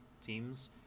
teams